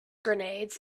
grenades